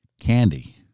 Candy